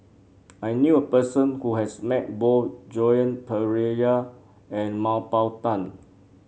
I knew a person who has met both Joan Pereira and Mah Bow Tan